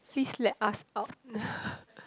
please let us out now